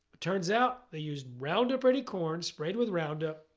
it turns out, they used roundup-ready corn, sprayed with roundup,